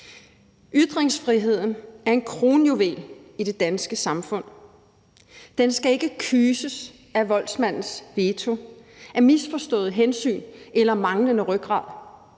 Ytringsfriheden er en kronjuvel i det danske samfund. Den skal ikke kyses af voldsmandens veto, af misforståede hensyn eller manglende rygrad.